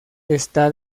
está